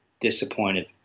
disappointed